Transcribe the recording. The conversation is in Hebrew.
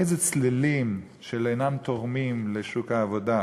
איזה צלילים, של "אינם תורמים לשוק העבודה".